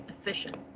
efficient